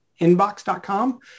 inbox.com